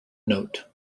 note